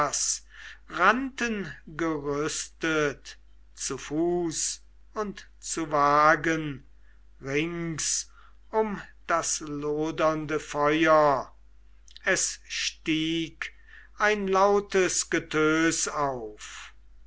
rannten gerüstet zu fuß und zu wagen rings um das lodernde feuer es stieg ein lautes getös auf